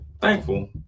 thankful